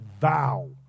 vow